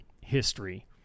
history